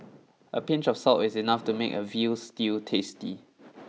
a pinch of salt is enough to make a veal stew tasty